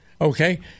Okay